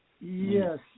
Yes